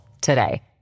today